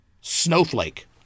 Snowflake